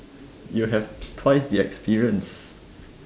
you have twice the experience